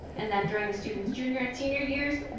and then during the students junior and senior years,